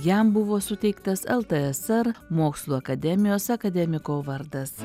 jam buvo suteiktas ltsr mokslų akademijos akademiko vardas